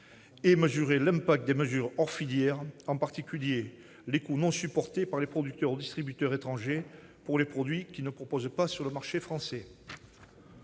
et mesurer l'impact des mesures hors filières, en particulier les coûts non supportés par les producteurs ou distributeurs étrangers pour les produits qu'ils ne proposent pas sur le marché français.